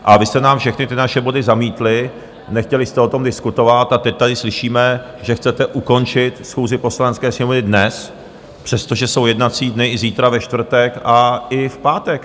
A vy jste nám všechny ty naše body zamítli, nechtěli jste o tom diskutovat, a teď tady slyšíme, že chcete ukončit schůzi Poslanecké sněmovny dnes, přestože jsou jednací dny i zítra ve čtvrtek a i v pátek.